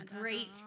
great